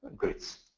grids.